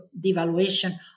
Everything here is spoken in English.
devaluation